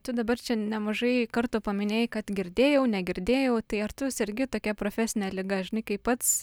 tu dabar čia nemažai kartų paminėjai kad girdėjau negirdėjau tai ar tu sergi tokia profesine liga žinai kaip pats